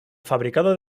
fabrikado